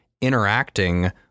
interacting